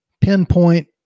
pinpoint